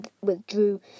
withdrew